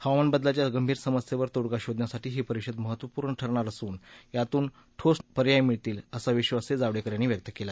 हवामान बदलाच्या गंभीर समस्येवर तोडगा शोधण्यासाठी ही परिषद महत्वपूर्ण ठरणार असून यातून ठोस पर्याय मिळतील असा विधासही जावडेकर यांनी व्यक्त केला